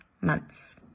months